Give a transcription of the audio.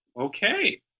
Okay